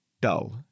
dull